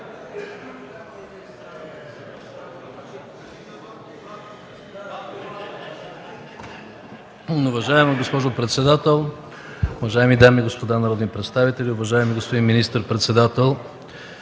Уважаема госпожо председател, уважаеми дами и господа народни представители! Уважаема госпожо Масларова,